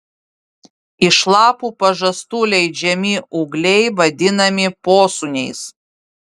iš lapų pažastų leidžiami ūgliai vadinami posūniais